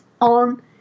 on